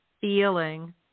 feeling